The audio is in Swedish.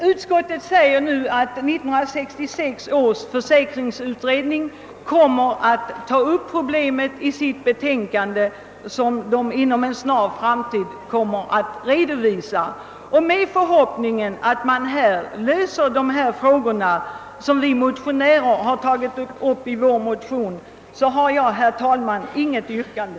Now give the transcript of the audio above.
Utskottet säger nu att 1961 års sjukförsäkringsutredning skall ta upp problemet i sitt betänkande som kommer att framläggas inom en snar framtid. Med förhoppningen att man löser dessa frågor som vi tagit upp i motionen har jag, herr talman, inget yrkande.